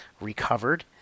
recovered